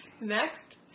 Next